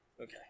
Okay